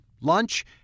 lunch